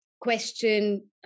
question